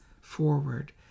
forward